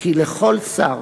כי לכל שר,